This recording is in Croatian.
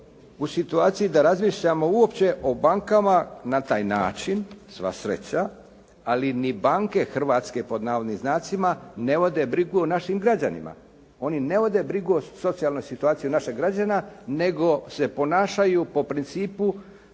u situaciji da razmišljamo uopće o bankama na taj način, sva sreća, ali ni banke "hrvatske" ne vode brigu o našim građanima. Oni ne vode brigu o socijalnoj situaciji našeg građanina, nego se ponašaju po principu